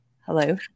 Hello